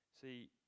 See